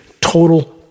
Total